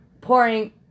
pouring